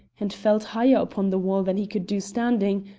and felt higher upon the wall than he could do standing,